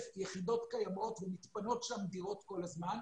יחידות קיימות ומתפנות שם דירות כל הזמן,